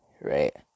Right